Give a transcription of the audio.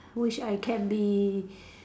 wish I can be